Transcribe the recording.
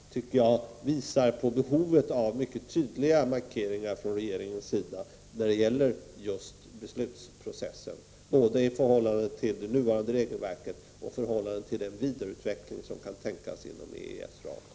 1989/90:32 på behovet av mycket tydliga markeringar från regeringen när det gäller just 24 november 1989 beslutsprocessen, detta både i förhållande till det nuvarande regelverket och i förhållande till den vidareutveckling som kan tänkas inom EES-ramen. Svar på interpella